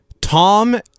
Tom